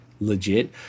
legit